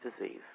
disease